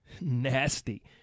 nasty